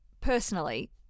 personally